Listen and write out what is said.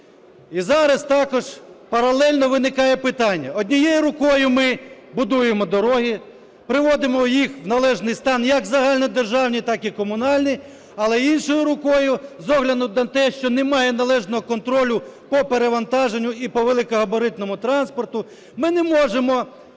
І зараз також паралельно виникає питання. Однією рукою ми будуємо дороги, приводимо їх в належний стан, як загальнодержавні, так і комунальні, але іншою рукою з огляду на те, що немає належного контролю по перевантаженню і по великогабаритному транспорту, ми не можемо